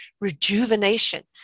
rejuvenation